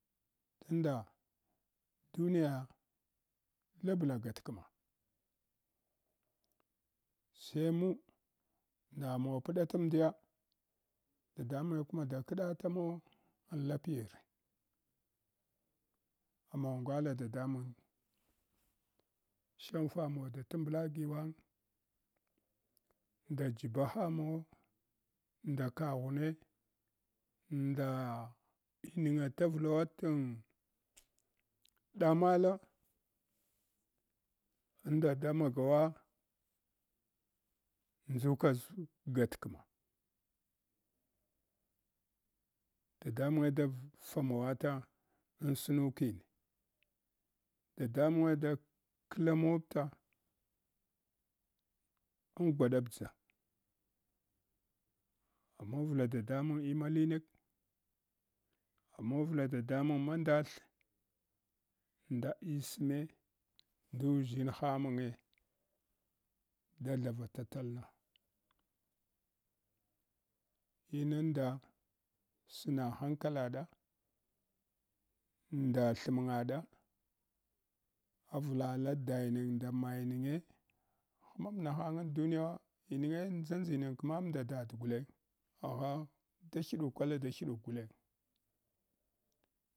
Tunda duniya labla gatkma saimu namawa pdatsmdiya dadamunge da kdatamawa an lapiye amawagala dadamunge shamfamawa da tamtha giwang nda jibahamawo nda kaghune nda iniga tavlawa ton damala unda da magawa nʒuk aʒ gatkma dadamunge da famawata an snukine dadamunge da klamawota an gwaɗabdʒa amawanla dadamun lmalimi, amawalla dadamung mandath nda ɓisime ndu ʒshinna munge da thavatatalna imbua sma hakalaɗa nda thmgaɗa avla la dainging nda maininge hmah nahang amdnuyawa ininge nʒanzning kmada hyuduk guleg.